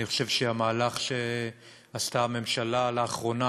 אני חושב שהמהלך שעשתה הממשלה לאחרונה,